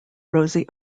rosie